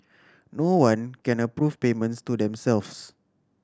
no one can approve payments to themselves